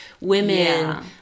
women